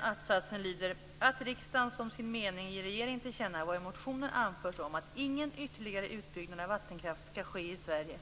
Att-satsen lyder: "att riksdagen som sin mening ger regeringen till känna vad i motionen anförts om att ingen ytterligare utbyggnad av vattenkraft skall ske i Sverige